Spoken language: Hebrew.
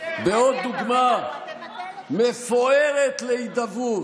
בעוד דוגמה מפוארת להידברות,